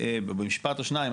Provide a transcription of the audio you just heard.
במשפט או שניים,